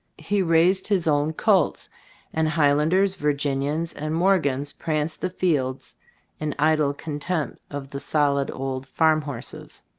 he raised his own colts and highlanders, virginians and morgans pranced the fields in idle contempt of the solid old farm horses.